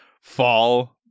fall